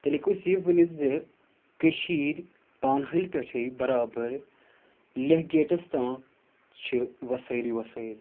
تیٚلہِ ہٮ۪کو أسۍ یہِ ؤنِتھ زِ کٔشیٖر بانہٕ ہٕلۍ پٮ۪ٹھَے برابر لہہ گیٹَس تام چھِ وسٲیلی وسٲیل